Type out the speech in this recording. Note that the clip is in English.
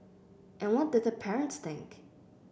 and what did their parents think